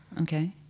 Okay